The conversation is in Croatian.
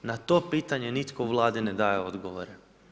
Na to pitanje, nitko u Vladi ne daje odgovore.